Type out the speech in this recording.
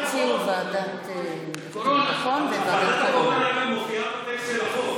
ועדת הקורונה מופיעה בטקסט של החוק.